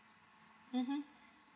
mmhmm